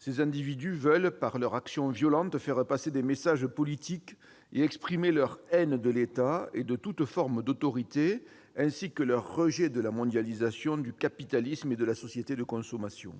Ces individus veulent, par leur action violente, faire passer des messages politiques et exprimer leur haine de l'État et de toute forme d'autorité, ainsi que leur rejet de la mondialisation, du capitalisme et de la société de consommation.